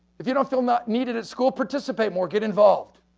if you don't feel not needed at school, participate more, get involved.